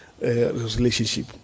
relationship